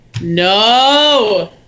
No